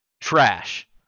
trash